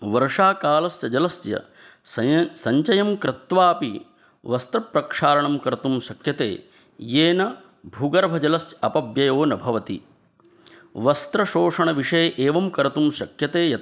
वर्षाकालस्य जलस्य सञ् सञ्चयं कृत्वा अपि वस्त्रप्रक्षालणं कर्तुं शक्यते येन भूगर्भजलस्य अपव्ययो न भवति वस्त्रशोषणविषये एवं कर्तुं शक्यते यत्